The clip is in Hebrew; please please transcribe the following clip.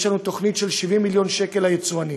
יש לנו תוכנית של 70 מיליון שקל ליצואנים,